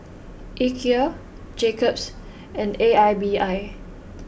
Ikea Jacob's and A I B I